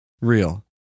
real